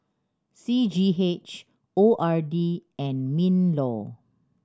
C G H O R D and MinLaw